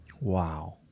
Wow